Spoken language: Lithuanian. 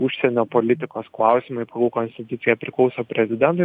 užsienio politikos klausimai pagal konstituciją priklauso prezidentui